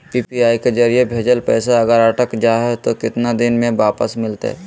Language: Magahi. यू.पी.आई के जरिए भजेल पैसा अगर अटक जा है तो कितना दिन में वापस मिलते?